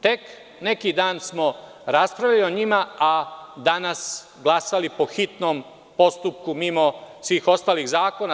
Tek neki dan smo raspravljali o njima, a danas glasali po hitnom postupku mimo svih ostalih zakona.